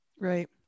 Right